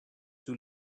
two